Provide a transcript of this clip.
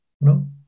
No